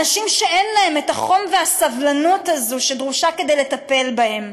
על אנשים שאין להם את החום והסבלנות הזאת שדרושה כדי לטפל בהם.